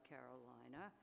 Carolina